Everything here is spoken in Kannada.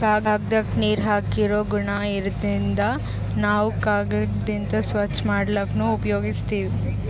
ಕಾಗ್ದಾಕ್ಕ ನೀರ್ ಹೀರ್ಕೋ ಗುಣಾ ಇರಾದ್ರಿನ್ದ ನಾವ್ ಕಾಗದ್ಲಿಂತ್ ಸ್ವಚ್ಚ್ ಮಾಡ್ಲಕ್ನು ಉಪಯೋಗಸ್ತೀವ್